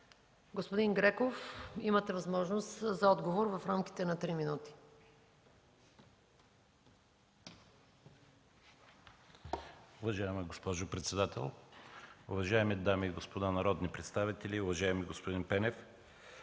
Господин Греков, имате възможност за отговор в рамките на три минути.